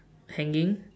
hanging